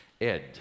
ed